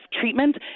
treatment